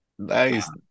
nice